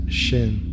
shin